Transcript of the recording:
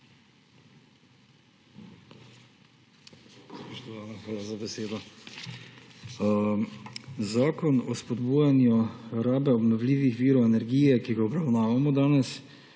hvala za besedo. Zakon o spodbujanju rabe obnovljivih virov energije, ki ga obravnavamo danes,